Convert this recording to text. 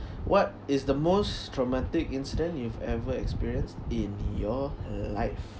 what is the most traumatic incident you've ever experienced in your life